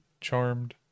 charmed